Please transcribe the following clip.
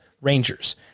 Rangers